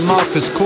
Marcus